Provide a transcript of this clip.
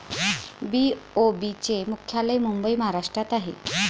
BOB चे मुख्यालय मुंबई महाराष्ट्रात आहे